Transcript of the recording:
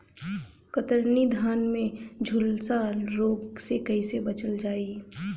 कतरनी धान में झुलसा रोग से कइसे बचल जाई?